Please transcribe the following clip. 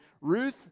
Ruth